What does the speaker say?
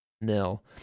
Nil